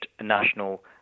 national